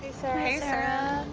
sarah. hey, sarah.